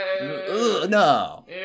No